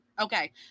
okay